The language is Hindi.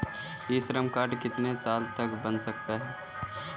ई श्रम कार्ड कितने साल तक बन सकता है?